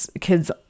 kids